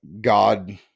God